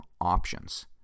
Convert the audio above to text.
options